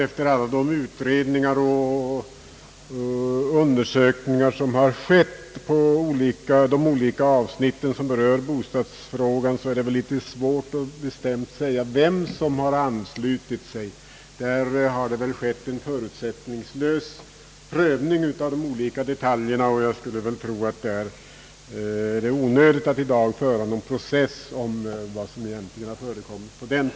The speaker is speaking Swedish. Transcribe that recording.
Efter alla de utredningar och undersökningar som har skett på olika avsnitt av bostadsfrågan är det väl svårt att säga bestämt, vem som har »anslutit sig». Det har skett en förutsättningslös prövning av de olika detaljerna, och jag skulle tro att det är onödigt att i dag föra någon process om vad som egentligen förekommit härvidlag.